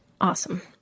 Awesome